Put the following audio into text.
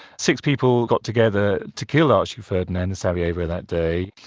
six people got together to kill archduke ferdinand in sarajevo that day.